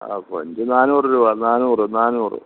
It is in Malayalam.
ആ കൊഞ്ച് നാന്നൂറ് രൂപ നാന്നൂറ് നാന്നൂറ്